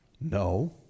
No